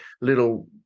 little